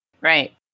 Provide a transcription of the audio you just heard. Right